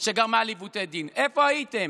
שגרמה לעיוותי דין, איפה הייתם?